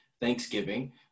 Thanksgiving